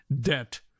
debt